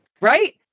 Right